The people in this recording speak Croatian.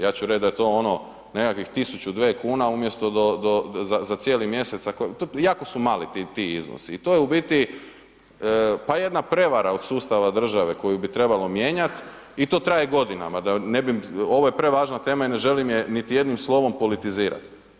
Ja ću reći da je to ono nekakvih 1000, 2 kuna umjesto do za cijeli mjesec, to, jako su mali ti iznosi i to je u biti, pa jedna prevara od sustava države koju bi trebalo mijenjati i to traje godinama, da ne bi, ovo je prevažna tema i ne želim je niti jednim slovom politizirati.